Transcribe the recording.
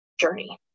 journey